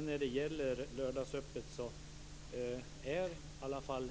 När det gäller lördagsöppet kan jag säga följande: